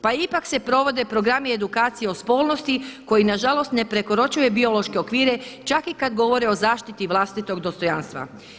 Pa ipak se provode programi edukacije o spolnosti koji nažalost ne prekoračuju biološke okvire, čak i kada govore o zaštiti vlastitog dostojanstva.